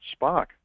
Spock